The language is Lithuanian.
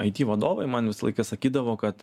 aity vadovai man visą laiką sakydavo kad